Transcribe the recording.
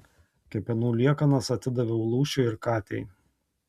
kepenų liekanas atidaviau lūšiui ir katei